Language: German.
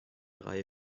reihe